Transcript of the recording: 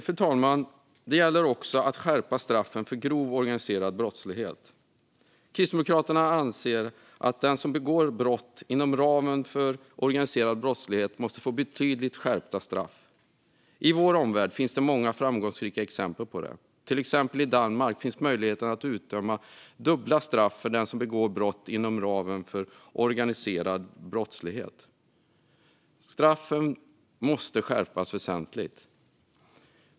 Fru talman! Straffen bör också skärpas för grov organiserad brottslighet. Kristdemokraterna anser att de som begår brott inom ramen för organiserad brottslighet måste få betydligt skärpta straff. I vår omvärld finns det många framgångsrika exempel på detta. I exempelvis Danmark finns möjligheten att utdöma dubbla straff för den som begår brott inom ramen för organiserad brottslighet. Straffen måste skärpas väsentligt.